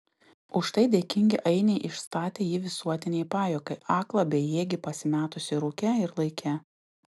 už tai dėkingi ainiai išstatė jį visuotinei pajuokai aklą bejėgį pasimetusį rūke ir laike